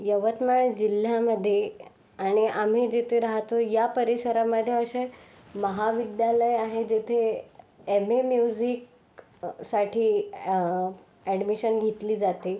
यवतमाळ जिल्ह्यामध्ये आणि आम्ही जिथे राहतो या परिसरामध्ये असे महाविद्यालय आहे जेथे एम ए म्युझिकसाठी ॲडमिशन घेतली जाते